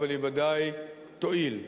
אבל היא בוודאי תועיל.